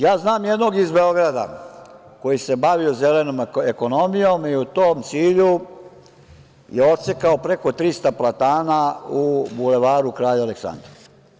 Ja znam jednog iz Beograda koji se bavio zelenom ekonomijom i u tom cilju je odsekao preko 300 platana u Bulevaru kralja Aleksandra.